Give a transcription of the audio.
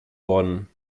worden